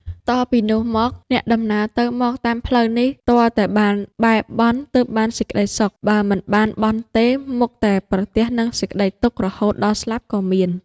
តពីនោះមក អ្នកដំណើរទៅមកតាមផ្លូវនេះ ទាល់តែបានបែរបន់ទើបបានសេចក្ដីសុខ បើមិនបានបន់ទេ មុខតែប្រទះនឹងសេចក្ដីទុក្ខ រហូតដល់ស្លាប់ក៏មាន ។